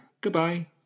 Goodbye